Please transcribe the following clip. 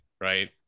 Right